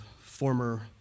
former